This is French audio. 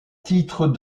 titre